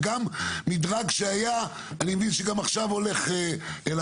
וגם מדרג שהיה, אני מבין שגם עכשיו הולך להפסיק.